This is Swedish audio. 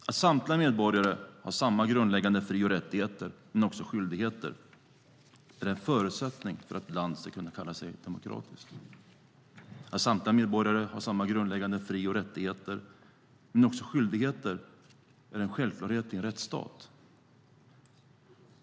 Herr talman! Att samtliga medborgare har samma grundläggande fri och rättigheter men också skyldigheter är en förutsättning för att ett land ska kunna kalla sig demokratiskt. Att samtliga medborgare har samma grundläggande fri och rättigheter men också skyldigheter är en självklarhet i en rättsstat.